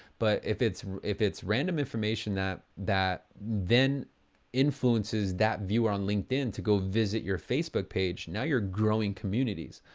but if it's if it's random information that that then influences that viewer on linkedin to go visit your facebook page, now you're growing communities.